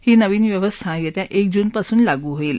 ही नवीन व्यवस्था येत्या एक जूनपासून लागू होईल